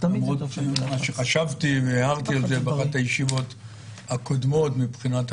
מה שחשבתי והערתי את זה באחת הישיבות הקודמות מבחינת,